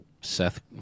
Seth